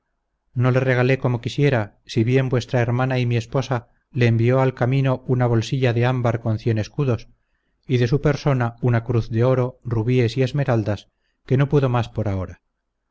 no le regalé como quisiera si bien vuestra hermana y mi esposa le envió al camino una bolsilla de ámbar con cien escudos y de su persona una cruz de oro rubíes y esmeraldas que no pudo más por ahora